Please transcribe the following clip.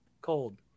Cold